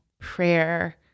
prayer